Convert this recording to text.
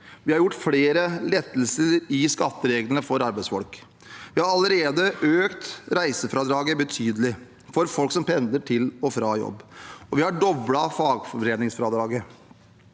Vi har gjort flere lettelser i skattereglene for arbeidsfolk. Vi har allerede økt reisefradraget betydelig for folk som pendler til og fra jobb, og vi har doblet fagforeningsfradraget.